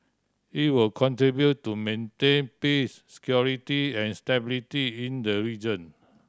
it will contribute to maintain peace security and stability in the region